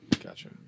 Gotcha